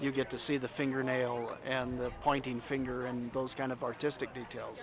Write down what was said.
you get to see the fingernail and the pointing finger and those kind of artistic detail